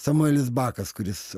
samuelis bakas kuris